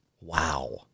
wow